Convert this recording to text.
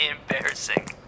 embarrassing